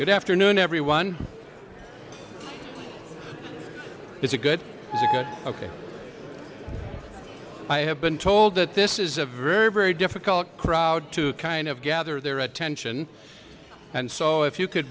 good afternoon everyone it's a good you're ok i have been told that this is a very very difficult crowd to kind of gather there at tension and so if you could